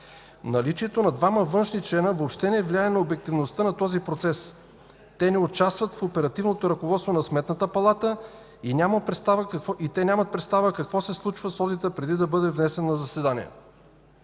Наличието на двама външни членове въобще не влияе на обективността на този процес. Те не участват в оперативното ръководство на Сметната палата и нямат представа какво се случва с одита преди да бъде внесен на заседание.